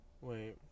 wait